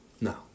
No